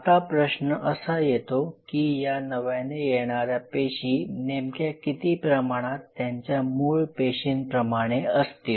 आता प्रश्न असा येतो की या नव्याने येणाऱ्या पेशी नेमक्या किती प्रमाणात त्यांच्या मूळ पेशींप्रमाणे असतील